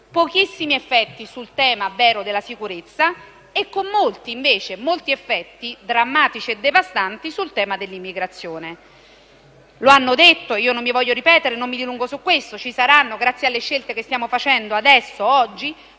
pochissimi, effetti sul tema vero della sicurezza e con molti effetti drammatici e devastanti sul tema dell'immigrazione. È stato detto e io non intendo ripetermi e dilungarmi su questo: grazie alle scelte che stiamo facendo oggi